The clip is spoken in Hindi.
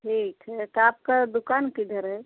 ठीक है तो आपकी दुकान किधर है